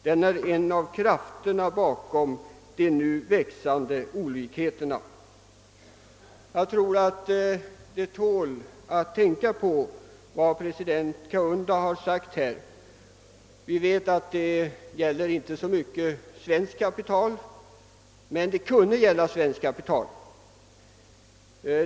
Den är en av krafterna bakom de nu växande olikheterna.» Jag tror att det tål att tänka på vad president Kaunda har sagt här. Vi vet att det inte så mycket gäller svenskt kapital, men det kunde gälla svenskt kapital.